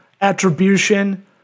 attribution